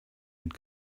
had